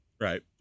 Right